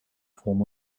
form